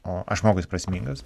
o aš manau kad jis prasmingas